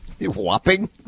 whopping